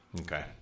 Okay